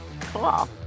cool